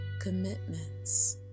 commitments